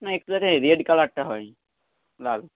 না একটু যাতে রেড কালারটা হয় লাল